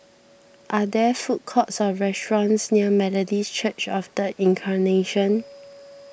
are there food courts or restaurants near Methodist Church of the Incarnation